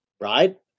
right